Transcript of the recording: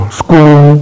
school